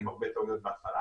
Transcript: עם הרבה טעויות בהתחלה.